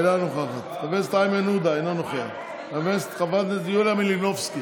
אינה נוכחת, חבר הכנסת איימן עודה, אינו נוכח,